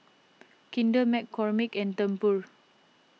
Kinder McCormick and Tempur